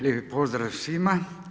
Lijepi pozdrav svima.